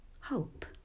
hope